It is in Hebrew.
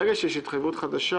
ברגע שיש התחייבות חדשה